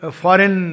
foreign